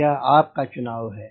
यह आपका चुनाव है